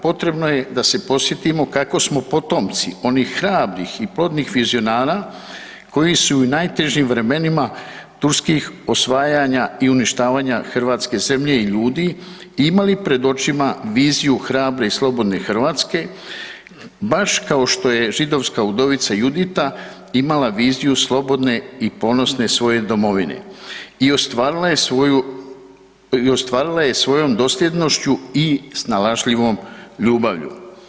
Potrebno je da se podsjetimo kako smo potomci onih hrabrih i plodnih vizionara koji su i u najtežim vremena turskih osvajanja i uništavanja hrvatske zemlje i ljudi, imali pred očima hrabre i slobodne Hrvatske, baš kao što je židovska udovica Judita imala viziju slobodne i ponosne svoje domovine i ostvarila je svojom dosljednošću i snalažljivom ljubavlju.